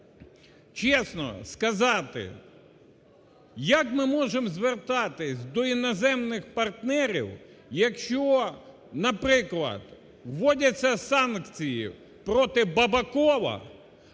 чесно сказати, як ми можемо звертатись до іноземних партнерів, якщо, наприклад, вводяться санкції проти Бабакова,